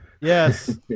Yes